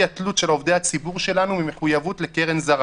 התלות של עובדי הציבור שלנו ממחויבות לקרן זרה